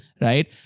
right